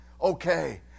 okay